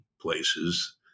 places